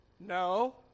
No